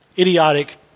idiotic